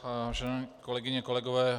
Vážené kolegyně, kolegové.